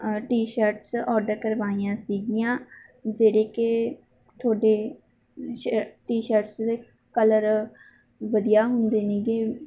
T shirts order ਕਰਵਾਈਆਂ ਸੀਗੀਆਂ ਜਿਹੜੇ ਕਿ ਤੁਹਾਡੇ ਸ਼ ਟੀ ਸ਼ਰਟਸ ਦੇ ਕਲਰ ਵਧੀਆ ਹੁੰਦੇ ਨੇਗੇ